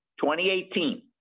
2018